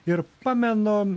ir pamenu